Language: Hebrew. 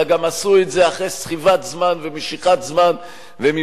אלא גם עשו את זה אחרי סחיבת זמן ומשיכת זמן ובלי